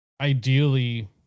ideally